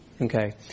okay